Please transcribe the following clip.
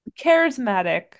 charismatic